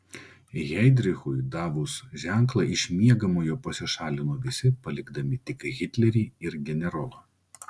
heidrichui davus ženklą iš miegamojo pasišalino visi palikdami tik hitlerį ir generolą